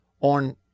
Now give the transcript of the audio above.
on